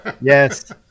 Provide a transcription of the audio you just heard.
Yes